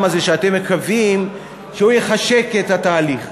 הזה שאתם מקווים שהוא יחשק את התהליך.